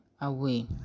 away